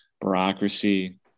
bureaucracy